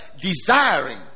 Desiring